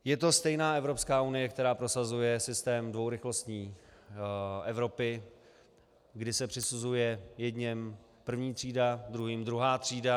Je to stejná Evropská unie, která prosazuje systém dvourychlostní Evropy, kdy se přisuzuje jedněm první třída, druhým druhá třída.